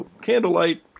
candlelight